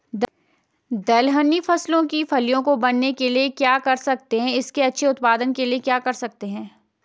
दलहनी फसलों की फलियों को बनने के लिए क्या कर सकते हैं इसके अच्छे उत्पादन के लिए क्या कर सकते हैं?